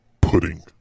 pudding